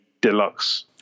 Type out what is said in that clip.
deluxe